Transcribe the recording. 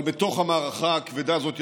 אבל בתוך המערכה הכבדה הזאת,